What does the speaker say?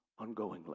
ongoingly